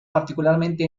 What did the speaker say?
particularmente